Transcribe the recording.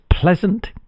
Pleasant